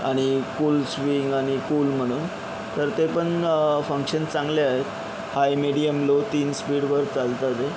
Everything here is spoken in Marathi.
आणि कूल स्विंग आणि कूल म्हणून तर ते पण फंक्शन चांगले आहेत हाय मीडियम लो तीन स्पीडवर चालतात आहे